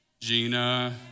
Gina